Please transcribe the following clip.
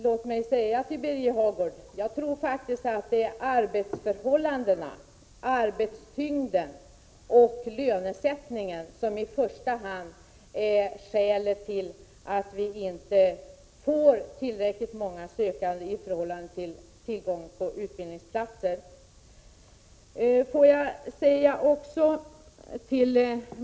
Låt mig säga några ord till Birger Hagård: Jag tror faktiskt att det är arbetsförhållandena, arbetstyngden och lönesättningen som i första hand är skälen till att vi inte får tillräckligt många sökande i förhållande till tillgången på utbildningsplatser.